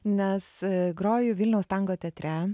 nes groju vilniaus tango teatre